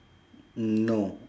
no